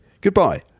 goodbye